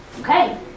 Okay